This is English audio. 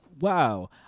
wow